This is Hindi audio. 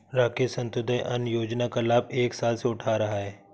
राकेश अंत्योदय अन्न योजना का लाभ एक साल से उठा रहा है